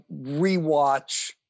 rewatch